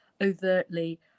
overtly